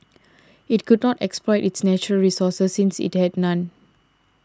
it could not exploit its natural resources since it had none